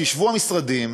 שישבו המשרדים,